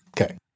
Okay